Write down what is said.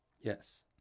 Yes